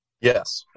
yes